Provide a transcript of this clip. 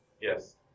Yes